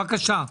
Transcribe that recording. בבקשה.